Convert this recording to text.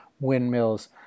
windmills